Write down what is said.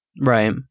Right